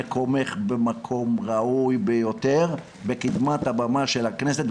מקומך במקום ראוי ביותר בקדמת הבמה של הכנסת,